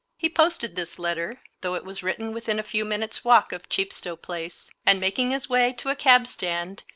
he posted this letter, though it was written within a few minutes' walk of chepstow place and making his way to a cabstand,